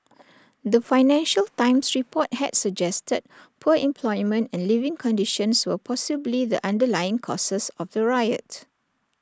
the financial times report had suggested poor employment and living conditions were possibly the underlying causes of the riot